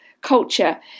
culture